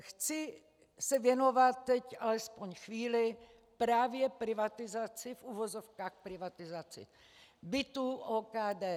Chci se věnovat teď, alespoň chvíli, právě privatizaci, v uvozovkách privatizaci, bytů OKD.